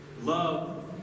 love